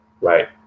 right